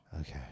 Okay